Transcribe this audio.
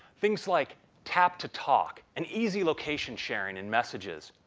things like taptotalk, and easy location sharing in messages.